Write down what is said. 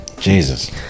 Jesus